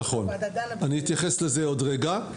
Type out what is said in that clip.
נכון, אני אתייחס לזה עוד רגע.